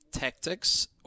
tactics